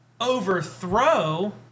overthrow